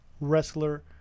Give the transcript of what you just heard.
wrestler